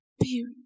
Period